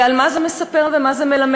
ועל מה זה מספר, ומה זה מלמד?